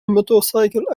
motorcycle